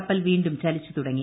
കപ്പൽ വീണ്ടും ചലിച്ചു തുടങ്ങി